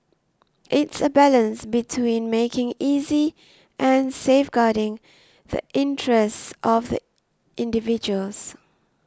it's a balance between making easy and safeguarding the interests of the individuals